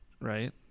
right